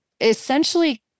essentially